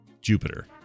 Jupiter